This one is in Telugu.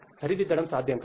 సరిదిద్దడం సాధ్యం కాదు